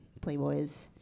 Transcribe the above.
Playboys